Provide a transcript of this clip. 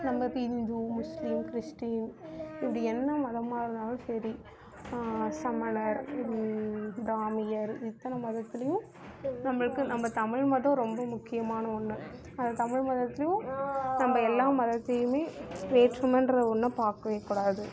நமக்கு இந்து முஸ்லீம் கிறிஸ்ட்டின் இப்படி என்ன மதம்மாக இருந்தாலும் சரி சமணர் பிராமியர் இத்தனை மதத்துலையும் நம்மள்க்கு நம்ப தமிழ் மதம் ரொம்ப முக்கியமான ஒன்று அந்த தமிழ் மதத்துளியும் நம்ப எல்லா மதத்தையுமே வேற்றுமன்ற ஒன்ன பார்க்வே கூடாது